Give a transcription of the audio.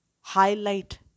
highlight